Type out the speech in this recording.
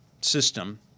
system